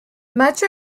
much